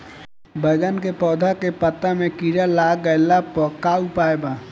बैगन के पौधा के पत्ता मे कीड़ा लाग गैला पर का उपाय बा?